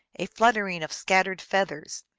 a fluttering of scattered feathers,